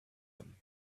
them